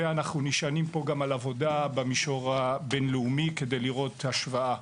ואנחנו נשענים פה גם על עבודה במישור הבין-לאומי כדי לראות השוואה.